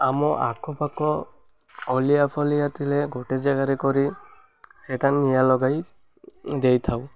ଆମ ଆଖପାଖ ଅଲିଆ ଫଲିଆ ଥିଲେ ଗୋଟେ ଜାଗାରେ କରି ସେଟା ନିଆଁ ଲଗାଇ ଦେଇଥାଉ